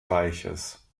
reiches